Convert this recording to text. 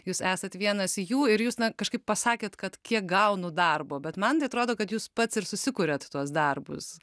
jūs esat vienas jų ir jūs na kažkaip pasakėt kad kiek gaunu darbo bet man tai atrodo kad jūs pats ir susikuriat tuos darbus